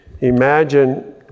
Imagine